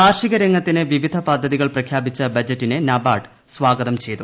കാർഷിക രംഗത്തിന് വിവിധ പദ്ധതികൾ പ്രഖ്യാപിച്ച ബജറ്റിനെ നബാർഡ് സ്വാഗതം ചെയ്തു